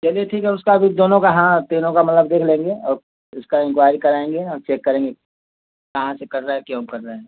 चलिए ठीक है उसका भी दोनों का हाँ तीनों का मतलब देख लेंगे अब इसका इंक्वायरी कराएँगे और चेक करेंगे कहाँ से कर रहा है क्यों कर रहे हैं